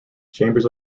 chambers